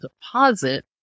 deposit